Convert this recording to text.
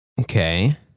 okay